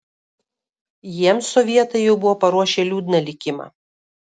jiems sovietai jau buvo paruošę liūdną likimą